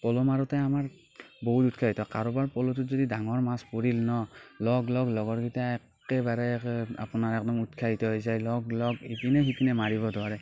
পল' মাৰোঁতে আমাৰ বহুত উৎসাহিত কাৰোবাৰ পল'ত যদি ডাঙৰ মাছ পৰিল ন' লগলগ লগৰ কেইটাই একেবাৰে আপোনাৰ একদম উৎসাহিত হৈ যায় লগলগ ইপিনে সিপিনে মাৰিব ধৰে